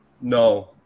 No